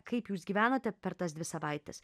kaip jūs gyvenote per tas dvi savaites